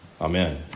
Amen